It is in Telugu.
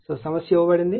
కాబట్టి సమస్య ఇవ్వబడింది